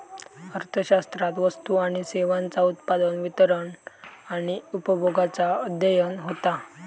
अर्थशास्त्रात वस्तू आणि सेवांचा उत्पादन, वितरण आणि उपभोगाचा अध्ययन होता